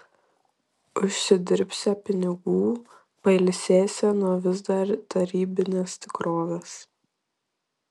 užsidirbsią pinigų pailsėsią nuo vis dar tarybinės tikrovės